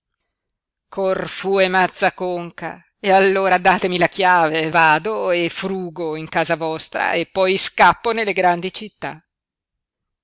corfu e mazza a conca allora datemi la chiave vado e frugo in casa vostra eppoi scappo nelle grandi città